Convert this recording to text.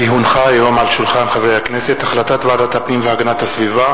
כי הונחה היום על שולחן חברי הכנסת החלטת ועדת הפנים והגנת הסביבה,